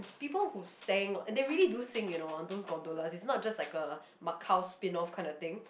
people who sang they really do sing you know on those gondolas it's not just like a Macau spin off kinda thing